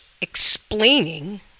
explaining